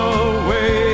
away